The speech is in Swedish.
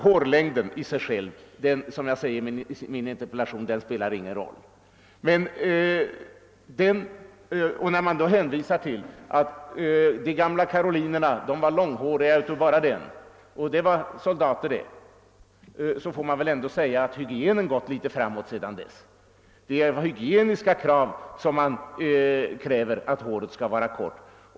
Hårlängden i sig själv spelar, som jag framhåller i min interpellation, ingen roll. Man hänvisar till att de gamla karolinerna var långhåriga av bara den, men det var soldater det. Då vill jag framhålla att hygienen väl har gått litet framåt sedan dess. Det är av hygieniska skäl man kräver att håret skall vara kort.